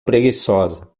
preguiçosa